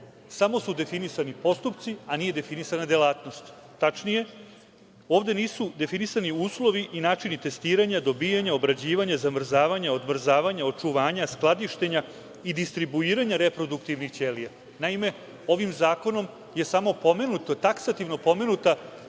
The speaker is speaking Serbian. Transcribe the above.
samo su definisani postupci, a nije definisana delatnost. Tačnije, ovde nisu definisani uslovi i načini testiranja, dobijanja, obrađivanja, zamrzavanja, odmrzavanja, očuvanja, skladištenja i distribuiranja reproduktivnih ćelija. Ovim zakonom je samo pomenuta taksativno banka